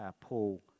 Paul